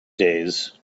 days